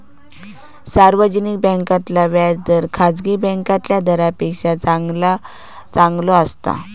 सार्वजनिक बॅन्कांतला व्याज दर खासगी बॅन्कातल्या दरांपेक्षा चांगलो असता